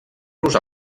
los